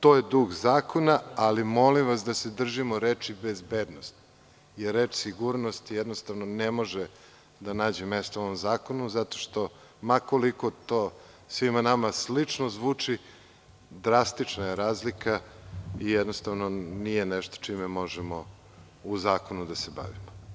To je duh zakona, ali molim vas da se držimo reči „bezbednost“, jer reč „sigurnost“ jednostavno ne može da nađe mesto u ovom zakonu, zato što ma koliko to svima nama slično zvuči, drastična je razlika i jednostavno nije nešto čime možemo u zakonu da se bavimo.